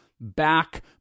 Back